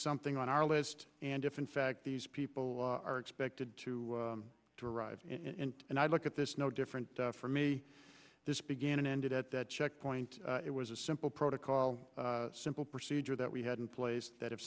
something on our list and if in fact these people are expected to arrive and i look at this no different for me this began and ended at that checkpoint it was a simple protocol simple procedure that we had in place that if